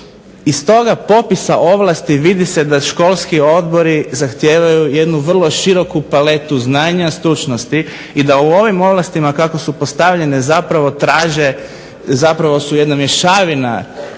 Iz toga popisa ovlasti vidi se da školski odbori zahtijevaju jednu vrlo široku paletu znanja, stručnosti i da u ovim ovlastima kako su postavljene zapravo traže, zapravo su jedna mješavina